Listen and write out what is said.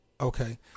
Okay